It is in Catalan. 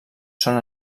són